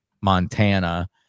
Montana